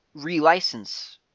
relicense